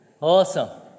Awesome